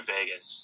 Vegas